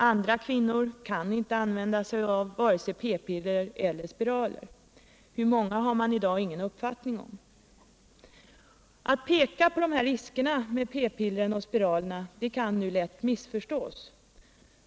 Alla kvinnor kan inte använda vare sig p-piller eller spiraler - hur många har man i dag ingen uppfattning om. Att peka på dessa risker med p-piiler och spiraler kan lätt missförstås.